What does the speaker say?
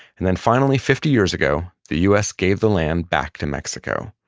and then finally, fifty years ago, the us gave the land back to mexico.